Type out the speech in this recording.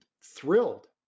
thrilled